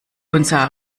unser